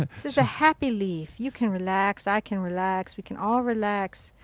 this is a happy leaf. you can relax. i can relax. we can all relax.